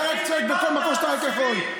אתה רק צועק בכל מקום שאתה רק יכול.